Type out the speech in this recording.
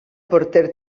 porter